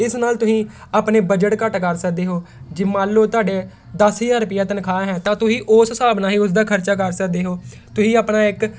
ਇਸ ਨਾਲ ਤੁਸੀਂ ਆਪਣੇ ਬਜਟ ਘੱਟ ਕਰ ਸਕਦੇ ਹੋ ਜੇ ਮੰਨ ਲਓ ਤੁਹਾਡੇ ਦਸ ਹਜ਼ਾਰ ਰੁਪਈਆ ਤਨਖਾਹ ਹੈ ਤਾਂ ਤੁਸੀਂ ਉਸ ਹਿਸਾਬ ਨਾਲ ਹੀ ਉਸ ਦਾ ਖਰਚਾ ਕਰ ਸਕਦੇ ਹੋ ਤੁਸੀਂ ਆਪਣਾ ਇੱਕ